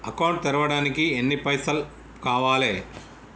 Account తెరవడానికి ఎన్ని పైసల్ కావాలే?